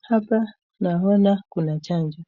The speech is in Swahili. Hapa naona kuna chanjo